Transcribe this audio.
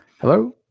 Hello